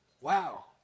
Wow